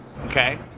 Okay